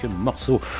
morceaux